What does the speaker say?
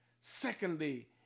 Secondly